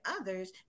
others